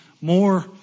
more